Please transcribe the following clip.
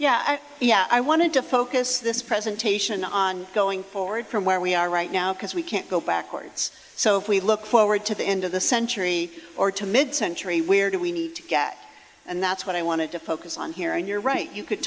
yeah yeah i wanted to focus this presentation on going forward from where we are right now because we can't go backwards so if we look forward to the end of the century or to mid century weirdly and that's what i wanted to focus on here and you're right you could